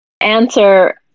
Answer